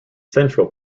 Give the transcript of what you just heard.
central